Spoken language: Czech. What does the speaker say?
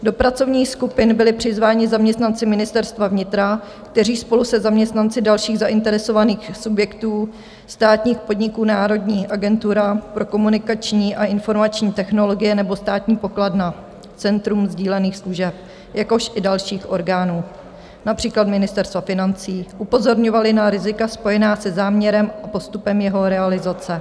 Do pracovních skupin byli přizváni zaměstnanci Ministerstva vnitra, kteří spolu se zaměstnanci dalších zainteresovaných subjektů, státních podniků Národní agentura pro komunikační a informační technologie nebo Státní pokladna Centrum sdílených služeb, jakož i dalších orgánů, například Ministerstva financí upozorňovali na rizika spojená se záměrem a postupem jeho realizace.